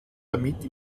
damit